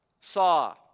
Saw